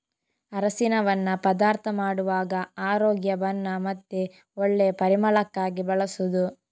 ಅರಸಿನವನ್ನ ಪದಾರ್ಥ ಮಾಡುವಾಗ ಆರೋಗ್ಯ, ಬಣ್ಣ ಮತ್ತೆ ಒಳ್ಳೆ ಪರಿಮಳಕ್ಕಾಗಿ ಬಳಸುದು